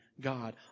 God